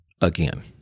again